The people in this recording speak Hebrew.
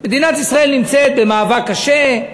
מדינת ישראל נמצאת במאבק קשה,